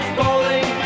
bowling